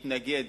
התנגד